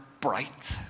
bright